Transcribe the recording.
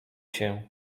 się